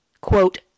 Quote